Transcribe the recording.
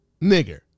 nigger